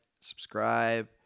subscribe